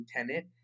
lieutenant